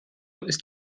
ist